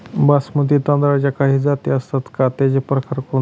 बासमती तांदळाच्या काही जाती असतात का, त्याचे प्रकार कोणते?